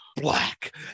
Black